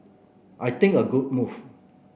I think a good move